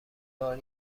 بار